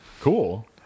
cool